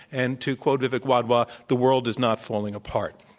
and to quote vivek wadhwa, the world is not falling apart.